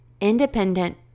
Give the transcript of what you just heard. independent